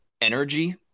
energy